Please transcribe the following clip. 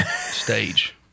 stage